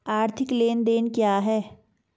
आर्थिक लेनदेन क्या है?